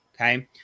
Okay